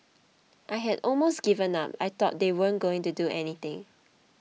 I had almost given up I thought they weren't going to do anything